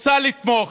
רוצה לתמוך.